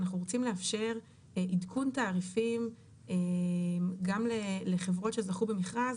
אנחנו רוצים לאפשר עדכון תעריפים גם לחברות שזכו במכרז